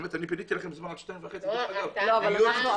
האמת היא שפיניתי לכם זמן עד 14:30. אני מצטערת,